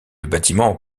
bâtiment